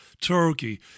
Turkey